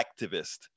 activist